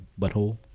butthole